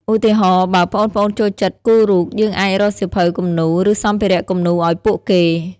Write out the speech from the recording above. ឧទាហរណ៍ បើប្អូនៗចូលចិត្តគូររូប យើងអាចរកសៀវភៅគំនូរ ឬសម្ភារៈគំនូរឲ្យពួកគេ។